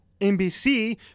NBC